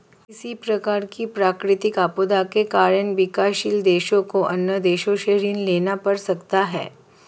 किसी प्रकार की प्राकृतिक आपदा के कारण विकासशील देशों को अन्य देशों से ऋण लेना पड़ सकता है